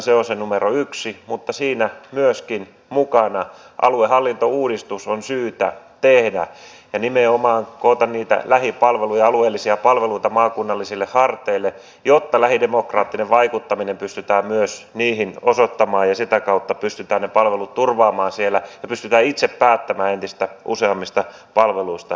se on se numero yksi mutta siinä myöskin mukana aluehallintouudistus on syytä tehdä ja nimenomaan koota niitä lähipalveluja alueellisia palveluita maakunnallisille harteille jotta lähidemokraattinen vaikuttaminen pystytään myös niihin osoittamaan ja sitä kautta pystytään ne palvelut turvaamaan siellä ja pystytään itse päättämään entistä useammista palveluista